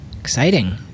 exciting